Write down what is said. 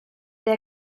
der